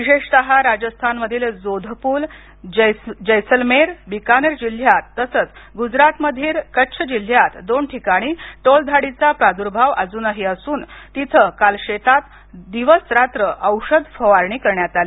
विशेषतः राजस्थान मधील जोधपुर जैसलमेर आणि बिकानेर जिल्ह्यात तसंच गुजरात मधील कच्छ जिल्ह्यात दोन ठिकाणी टोळधाडीचा प्रादुर्भाव अजूनही असून तिथं काल शेतात दिवस रात्र औषध फवारणी करण्यात आली